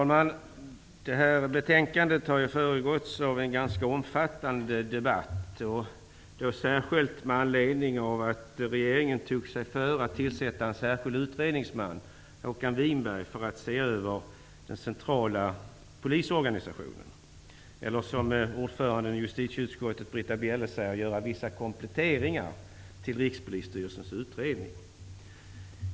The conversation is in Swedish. Herr talman! Detta betänkande har föregåtts av en ganska omfattande debatt och då särskilt med anledning av att regeringen tog sig före att tillsätta en särskild utredningsman, Håkan Winberg, för att se över den centrala polisorganisationen. Eller som ordföranden i justitieutskottet Britta Bjelle säger: göra vissa kompletteringar till Rikspolisstyrelsens utredning.